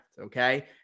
okay